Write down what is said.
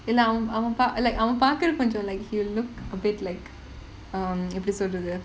இல்ல அவன் அவன் ப~:illa avan avan pa~ like அவன் பாக்குறதுக்கு கொஞ்சம்:avan paakurathukku konjam like he'll look a bit like um எப்படி சொல்றது:eppadi solrathu